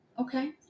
Okay